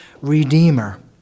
Redeemer